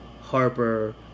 Harper